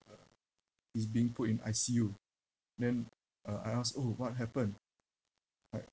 he's being put in I_C_U then uh I asked orh what happened like